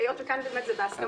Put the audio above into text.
היות וכאן זה בהסכמה,